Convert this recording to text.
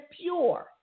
pure